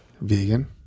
Vegan